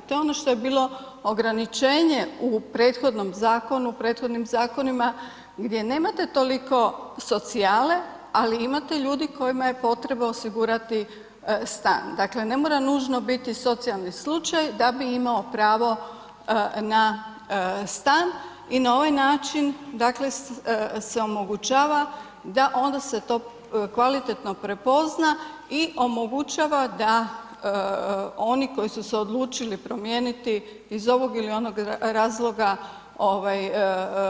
To je ono što je bilo ograničenje u prethodnom zakonu, u prethodnim zakonima, gdje nemate toliko socijale, ali imate ljudi kojima je potrebno osigurati stan, dakle, ne mora nužno biti socijalni slučaj da bi imao pravo na stan i na ovaj način, dakle, se omogućava da onda se to kvalitetno prepozna i omogućava da oni koji su se odlučili promijeniti iz ovog ili onog razloga